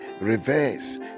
reverse